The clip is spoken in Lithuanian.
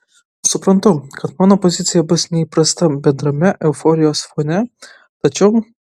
suprantu kad mano pozicija bus neįprasta bendrame euforijos fone tačiau